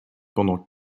pendant